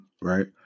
right